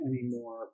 anymore